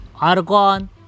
argon